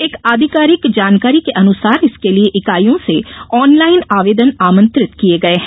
एक आधिकारिक जानकारी के अनुसार इसके लिये इकाईयों से ऑनलाइन आवेदन आमंत्रित किये गये हैं